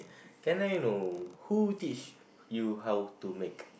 can I know who teach you how to make